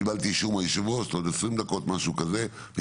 קיבלתי אישור מיושב-ראש הכנסת לעוד 20 דקות משהו כזה.